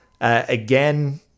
again